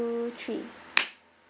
two three